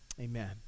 Amen